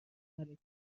ملک